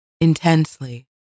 Intensely